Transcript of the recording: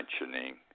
mentioning